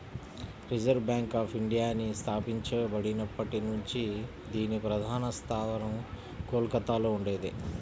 reserve Bank of ఇండియాని స్థాపించబడినప్పటి నుంచి దీని ప్రధాన స్థావరం కోల్కతలో ఉండేది